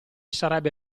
sarebbe